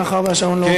מאחר שהשעון לא עובד.